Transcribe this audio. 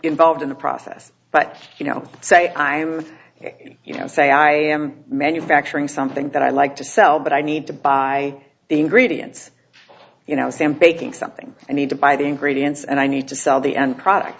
involved in the process but you know say i'm you know say i am manufacturing something that i like to sell but i need to buy the ingredients you know sam baking something i need to buy the ingredients and i need to sell the end product